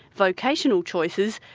vocational choices,